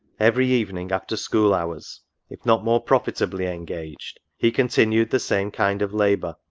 every evening, after school hours, if not more profitably engaged, he continued the same kind of labour,